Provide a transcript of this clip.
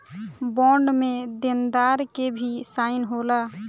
bond में देनदार के भी साइन होला